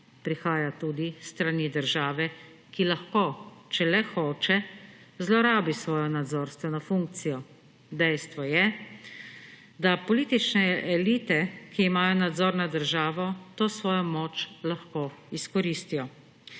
prihaja tudi s strani države, ki lahko, če le hoče, zlorabi svojo nadzorstveno funkcijo. Dejstvo je, da politične elite, ki imajo nadzor nad državo, to svojo moč lahko izkoristijo.